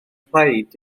rhaid